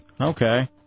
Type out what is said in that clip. Okay